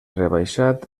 rebaixat